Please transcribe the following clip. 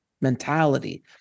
mentality